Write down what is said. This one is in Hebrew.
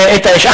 האשמים.